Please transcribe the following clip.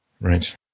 right